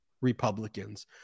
Republicans